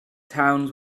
towns